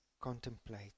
contemplate